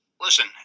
Listen